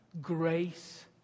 grace